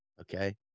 okay